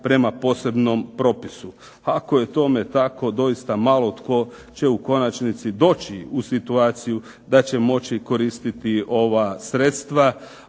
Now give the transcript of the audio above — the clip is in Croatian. prema posebnom propisu". Ako je tome tako doista malo tko će u konačnici doći u situaciju da će moći koristiti ova sredstva.